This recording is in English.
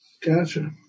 Gotcha